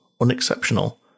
unexceptional